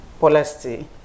policy